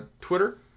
Twitter